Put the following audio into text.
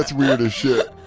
that's weird as shit.